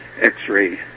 X-ray